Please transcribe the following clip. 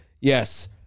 Yes